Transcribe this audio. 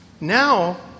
Now